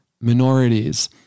Minorities